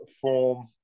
form